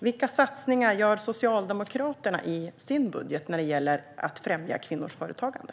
Vilka satsningar gör Socialdemokraterna i sin budget när det gäller att främja kvinnors företagande?